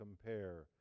compare